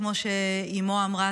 כמו שאימו אמרה,